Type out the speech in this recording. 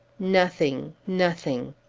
nothing, nothing,